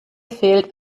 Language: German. fehlt